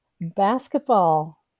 basketball